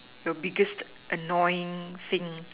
your biggest annoying thing